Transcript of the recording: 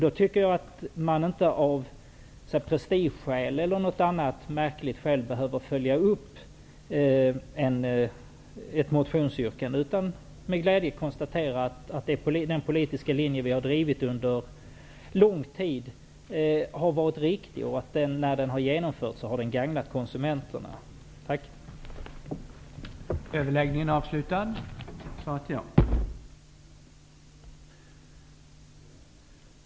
Då behöver man inte av prestigeskäl eller liknande följa upp ett motionsyrkande, utan kan med glädje konstatera att den politiska linje vi har drivit under lång tid varit riktig och att den, när den har genomförts, har gagnat konsumenterna. 16, skulle återförvisas till socialutskottet för ytterligare beredning. Eftersom betänkandet behandlade flera var för sig skilda frågor, ansåg andre vice talmannen att det inte förelåg något hinder att betrakta frågan om prostitution som ett särskilt ärende.